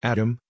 Adam